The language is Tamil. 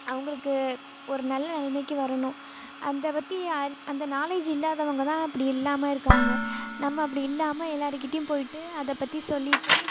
அவங்களுக்கு ஒரு நல்ல நிலமைக்கி வரணும் அந்த பற்றி அந் அந்த நாலேஜ் இல்லாதவங்கதான் அப்படி இல்லாமல் இருக்காங்க நம்ம அப்படி இல்லாமல் எல்லாேருக்கிட்டையும் போய்விட்டு அதைப் பற்றி சொல்லிவிட்டு